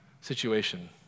situation